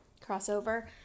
crossover